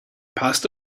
passed